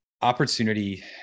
opportunity